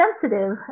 sensitive